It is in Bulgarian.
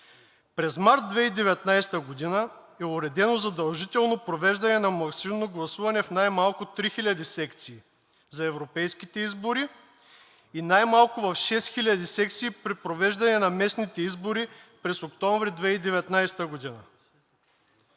През 2019 г. е уредено задължително провеждане на машинно гласуване в най-малко 3000 секции за европейските избори и най малко в 6000 секции при провеждане на местните избори през октомври 2019 г.,